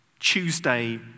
Tuesday